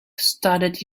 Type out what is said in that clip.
started